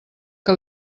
que